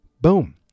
Boom